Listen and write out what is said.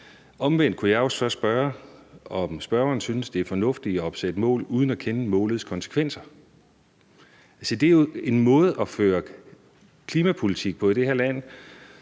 omvendt kunne jeg så spørge, om spørgeren synes, det er fornuftigt at opsætte et mål uden at kende målets konsekvenser. Det er jo en måde at føre klimapolitik på i det her land,